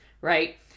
right